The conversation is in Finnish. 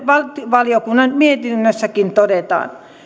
valiokunnan mietinnössäkin todetaan